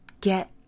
get